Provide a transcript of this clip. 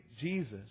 Jesus